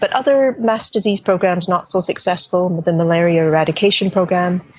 but other mass disease programs not so successful, and the malaria eradication program,